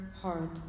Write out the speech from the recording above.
heart